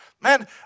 man